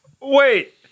wait